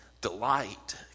Delight